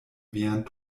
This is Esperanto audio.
vian